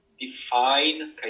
define